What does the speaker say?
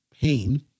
pain